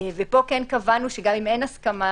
ופה כן קבענו שגם אם אין הסכמה,